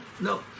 no